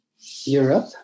Europe